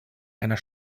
einer